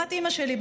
לעומת אימא שלי,